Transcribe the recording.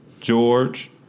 George